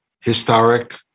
historic